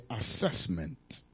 assessment